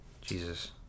Jesus